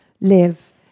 live